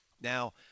Now